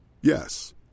Yes